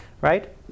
right